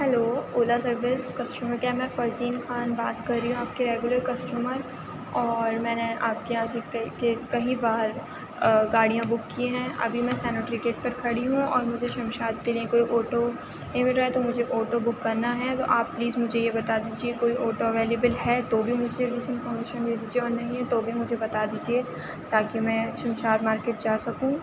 hello Ola service customer care میں فرزین خان بات کر رہی ہوں آپ کے ریگولر کسٹمر اور میں نے آپ کے یہاں سے کہیں باہر گاڑیاں بک کی ہیں ابھی میں سنیٹری گیٹ پہ کھڑی ہوں اور مجھے شمشاد کے لیے کوئی آٹو نہیں مل رہا ہے تو مجھے آٹو بک کرنا ہے تو آپ پلیز مجھے یہ بتا دیجیے کوئی آٹو اویلیبل ہے تو بھی مجھے انفارمشین دے دیجیے اور نہیں ہے تو بھی مجھے بتا دیجیے تاکہ میں شمشاد مارکیٹ جا سکوں